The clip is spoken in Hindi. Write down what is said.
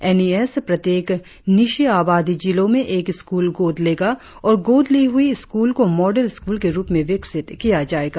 एन ई एस प्रत्येक न्यीशी आबादी जिलों में एक स्कूल गोद लेगा और गोद ली हुई स्कूल को मॉडल स्कूल के रुप में विकसित किया जाएगा